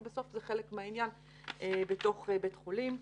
כי בסוף זה חלק מהעניין בתוך בית חולים.